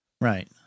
Right